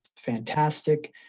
fantastic